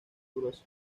grueso